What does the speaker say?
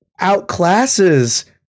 outclasses